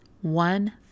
one